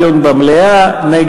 שנקיים את הדיון הזה במליאה כשנידרש,